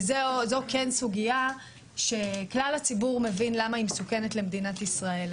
וזו כן סוגיה שכלל הציבור מבין למה היא מסוכנת למדינת ישראל.